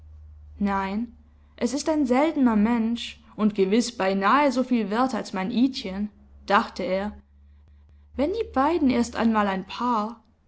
ist nein es ist ein seltener mensch und gewiß beinahe so viel wert als mein idchen dachte er wenn die beiden erst einmal ein paar die